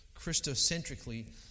Christocentrically